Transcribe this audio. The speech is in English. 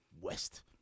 West